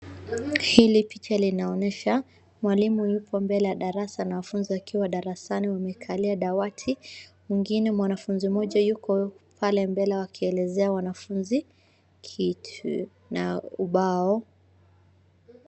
Hili picha linaonyesha mwalimu yuko mbele ya darasa na wanafunzi wakiwa darasani wamekalia dawati, mwingine mwanafuzi mmoja yuko pale mbele wakielezea wanafunzi kitu na ubao.